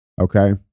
Okay